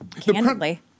candidly